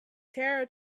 tara